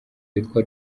witwa